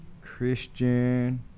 Christian